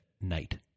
night